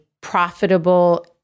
profitable